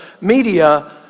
media